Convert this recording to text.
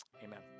Amen